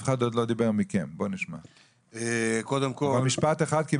אף אחד לא דיבר מכם, בוא נשמע, אבל במשפט אחד.